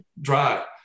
drive